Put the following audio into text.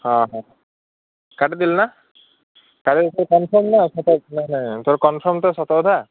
ହଁ ହଁ କାଟିଦେଲି ନାଁ ତା'ହେଲେ ତୋର କନଫର୍ମ୍ ନାଁ ସତମାନେ ତୋର କନଫର୍ମ୍ ତ ସତକଥା